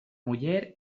muller